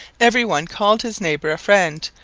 every one called his neighbour a friend,